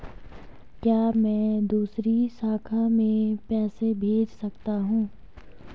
क्या मैं दूसरी शाखा में पैसे भेज सकता हूँ?